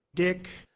dick.